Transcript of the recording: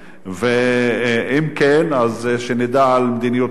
אם כן, אז שנדע על מדיניות חדשה.